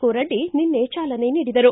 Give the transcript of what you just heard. ಕೋರಡ್ಡಿ ನಿನ್ನೆ ಚಾಲನೆ ನೀಡಿದರು